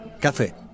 café